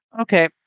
Okay